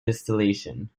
distillation